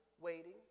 waiting